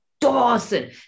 Dawson